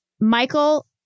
Michael